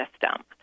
system